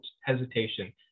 hesitation